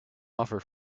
offer